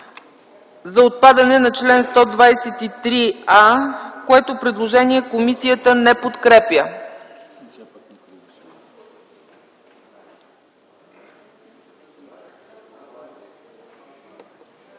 за отпадане на чл. 123а, което предложение комисията не подкрепя.